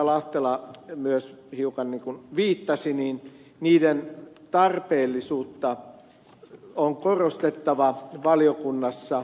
lahtela myös hiukan viittasi tarpeellisuutta on korostettava valiokunnassa